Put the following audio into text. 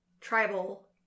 tribal